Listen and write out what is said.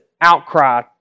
outcry